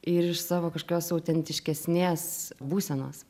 ir iš savo kažkokios autentiškesnės būsenos